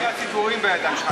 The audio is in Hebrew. שתי הציפורים בידיים שלך,